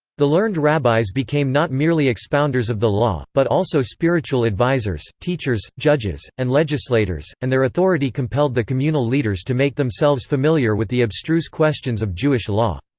the learned rabbis became not merely expounders of the law, but also spiritual advisers, teachers, judges, and legislators and their authority compelled the communal leaders to make themselves familiar with the abstruse questions of jewish law.